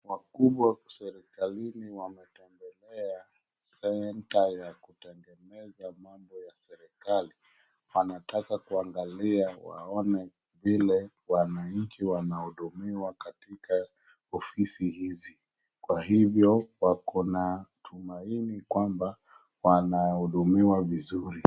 Wakubwa serekalini wametembelea center ya kutengeneza mambo ya serekali wanataka kuangalia waone vile wananchi wanahudumiwa katika ofisi hizi kwa hivyo wako na tumaini kwamba wanahudumiwa vizuri.